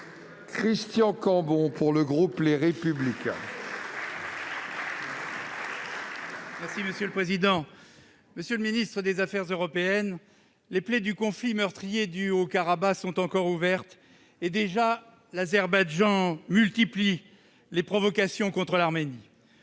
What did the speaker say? Christian Cambon, pour le groupe Les Républicains. Monsieur le secrétaire d'État chargé des affaires européennes, les plaies du conflit meurtrier au Haut-Karabagh sont encore ouvertes que l'Azerbaïdjan multiplie les provocations contre l'Arménie